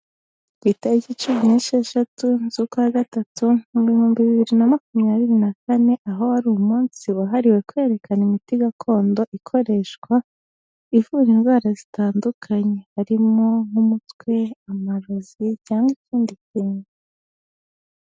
Ku itariki cumi n'esheshatu z'ukwa gatatu mu bihumbi bibiri na makumyabiri na kane aho wari umunsi wahariwe kwerekana imiti gakondo ikoreshwa, ivura indwara zitandukanye harimo nk'umutwe, amarozi cyangwa ikindi kintu.